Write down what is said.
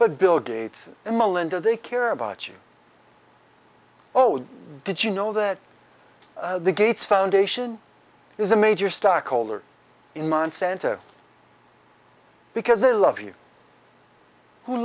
but bill gates and melinda they care about you oh did you know that the gates foundation is a major stockholder in monsanto because they love you who